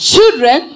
Children